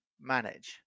manage